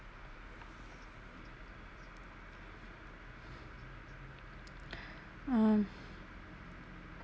um